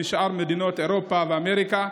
לשאר מדינות אירופה ואמריקה,